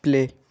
play